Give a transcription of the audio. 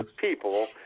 people